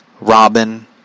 Robin